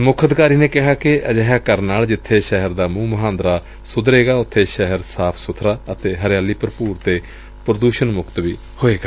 ਮੁੱਖ ਅਧਿਕਾਰੀ ਨੇ ਕਿਹਾ ਕਿ ਅਜਿਹਾ ਕਰਨ ਨਾਲ ਜਿੱਥੇ ਸ਼ਹਿਰ ਦਾ ਮੁੰਹ ਮਹਾਂਦਰਾ ਸੁਧਰੇਗਾ ਉੱਬੇ ਸ਼ਹਿਰ ਸਾਫ ਸੁਬਰਾ ਅਤੇ ਹਰਿਆਲੀ ਭਰਪੂਰ ਤੇ ਪ੍ਰਦੂਸ਼ਣ ਮੁਕਤ ਵੀ ਹੋਵੇਗਾ